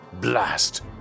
Blast